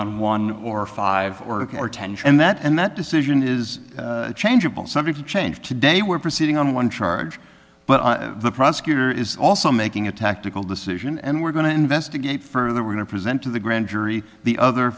on one or five or more tension and that and that decision is changeable subject to change today we're proceeding on one charge but the prosecutor is also making a tactical decision and we're going to investigate further we're going to present to the grand jury the other